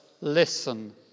Listen